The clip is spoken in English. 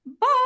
Bye